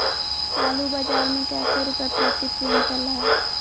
आलू बाजार मे कैसे रुपए प्रति क्विंटल है?